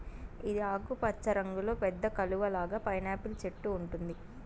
ఇది ఆకుపచ్చ రంగులో పెద్ద కలువ లాగా పైనాపిల్ చెట్టు ఉంటుంది